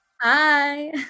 Hi